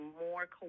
more